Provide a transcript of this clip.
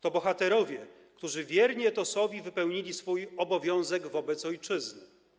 To bohaterowie, którzy wierni etosowi wypełnili swój obowiązek wobec ojczyzny.